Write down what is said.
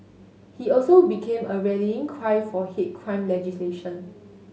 he also became a rallying cry for hate crime legislation